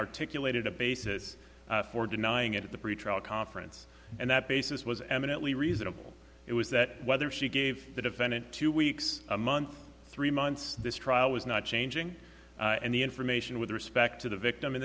articulated a basis for denying it at the pretrial conference and that basis was eminently reasonable it was that whether she gave the defendant two weeks a month three months this trial was not changing and the information with respect to the victim in